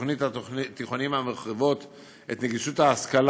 ותוכנית התיכונים המרחיבות את נגישות ההשכלה